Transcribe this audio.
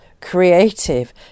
creative